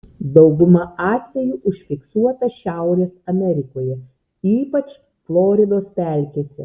dauguma atvejų užfiksuota šiaurės amerikoje ypač floridos pelkėse